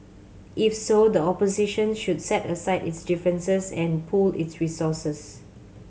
if so the opposition should set aside its differences and pool its resources